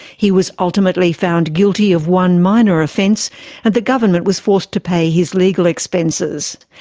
he was ultimately found guilty of one minor offence and the government was forced to pay his legal expenses.